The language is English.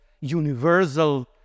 universal